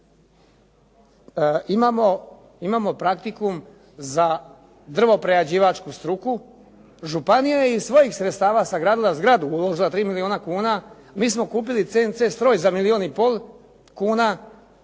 Imamo praktikum za drvo-prerađivačku struku, županija je iz svojih sredstava sagradila zgradu, uložila 3 milijuna kuna. Mi smo kupili CNC stoj za milijun i pol kuna